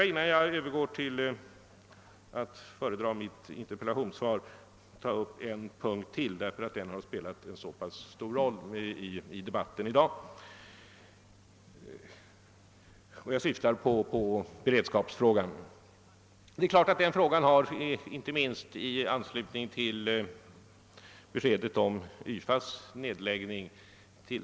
Innan jag övergår till att föredra mitt interpellationssvar skall jag ta upp ytterligare en punkt, eftersom den har spelat en stor roll i debatten i dag. Jag syftar på beredskapsfrågan. Den frågan har tilldragit sig ökad uppmärksamhet inte minst i anslutning till beskedet om YFA:s nedläggning.